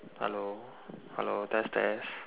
hello hello test test